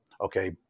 okay